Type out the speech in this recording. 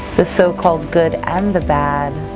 the so-called good and the bad